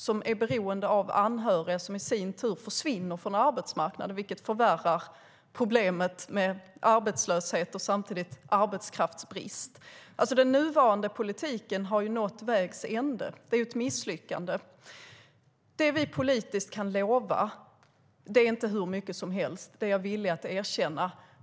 De blir beroende av anhöriga som i sin tur försvinner från arbetsmarknaden, vilket förvärrar problemet med arbetslöshet och arbetskraftsbrist. Den nuvarande politiken har nåtts vägs ände. Den är ett misslyckande. Politiskt kan vi inte lova hur mycket som helst. Det är jag villig att erkänna.